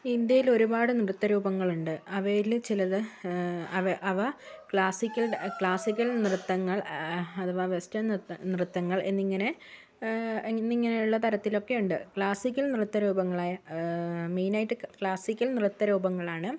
ഇന്ത്യയിൽ ഒരുപാട് നൃത്തരൂപങ്ങൾ ഉണ്ട് അവയിൽ ചിലത് അവ ക്ലാസ്സിക്കൽ ക്ലാസിക്കൽ നൃത്തങ്ങൾ അഥവാ വെസ്റ്റേൺ നൃത്തങ്ങൾ എന്നിങ്ങനെ എന്നിങ്ങനെയുള്ള തരത്തിലൊക്കെ ഉണ്ട് ക്ലാസ്സിക്കൽ നൃത്തരൂപങ്ങളെ മെയിൻ ആയിട്ട് ക്ലാസിക്കൽ നൃത്തരൂപങ്ങൾ ആണ്